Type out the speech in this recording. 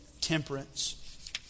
temperance